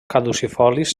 caducifolis